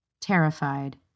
terrified